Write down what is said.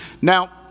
Now